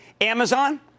Amazon